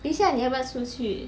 等一下你要不要出去